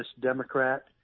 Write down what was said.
Democrat